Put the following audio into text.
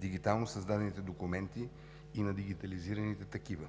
дигитално създадените документи и на дигитализираните такива.